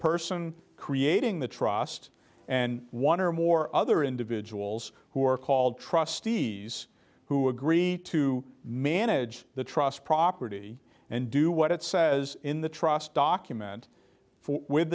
person creating the trust and one or more other individuals who are called trustee s who agreed to manage the trust property and do what it says in the trust document